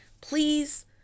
Please